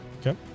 Okay